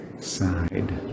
side